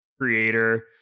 creator